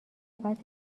بابت